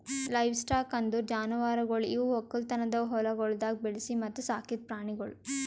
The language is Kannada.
ಲೈವ್ಸ್ಟಾಕ್ ಅಂದುರ್ ಜಾನುವಾರುಗೊಳ್ ಇವು ಒಕ್ಕಲತನದ ಹೊಲಗೊಳ್ದಾಗ್ ಬೆಳಿಸಿ ಮತ್ತ ಸಾಕಿದ್ ಪ್ರಾಣಿಗೊಳ್